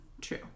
True